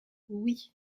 oui